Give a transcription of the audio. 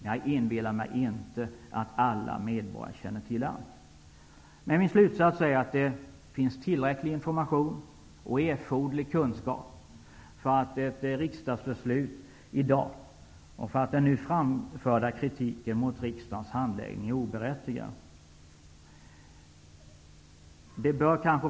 Jag inbillar mig inte att alla medborgare känner till allt. Min slutsats är att det finns tillräcklig information och erforderlig kunskap för ett riksdagsbeslut i dag, och att den nu framförda kritiken mot riksdagens handläggning är oberättigad.